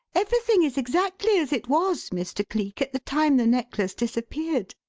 everything is exactly as it was, mr. cleek, at the time the necklace disappeared,